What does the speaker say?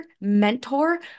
mentor